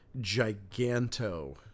giganto